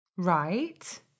Right